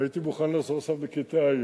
הייתי מוכן עכשיו לחזור לכיתה ה',